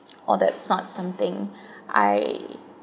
or that’s not something I